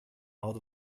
out